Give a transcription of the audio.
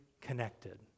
connected